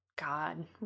God